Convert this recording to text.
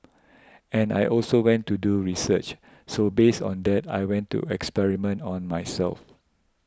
and I also went to do research so based on that I went to experiment on myself